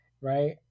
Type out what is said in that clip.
right